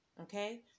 Okay